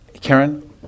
Karen